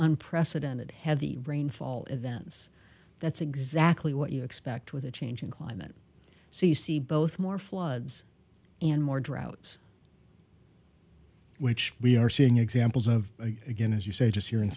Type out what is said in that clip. unprecedented heavy rainfall events that's exactly what you expect with a change in climate so you see both more floods and more droughts which we are seeing examples of again as you say just here in